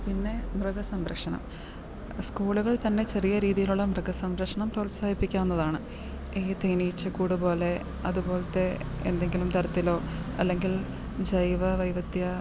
പിന്നെ മൃഗസംരക്ഷണം സ്കൂളുകൾ തന്നെ ചെറിയ രീതിയിലുള്ള മൃഗസംരക്ഷണം പ്രോത്സാഹിപ്പിക്കാവുന്നതാണ് ഈ തേനീച്ച കൂട് പോലെ അതുപോലത്തെ എന്തെങ്കിലും തരത്തിലോ അല്ലെങ്കിൽ ജൈവ വൈവിധ്യ